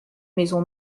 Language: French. maison